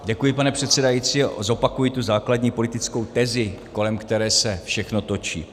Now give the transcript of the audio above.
Děkuji, pane předsedající, a zopakuji tu základní politickou tezi, kolem které se všechno točí.